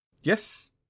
Yes